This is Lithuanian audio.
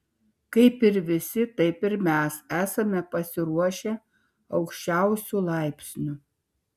kaip ir visi taip ir mes esame pasiruošę aukščiausiu laipsniu